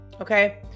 Okay